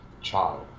child